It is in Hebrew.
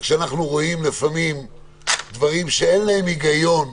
וכשאנחנו רואים לפעמים דברים שאין להם היגיון,